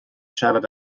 siarad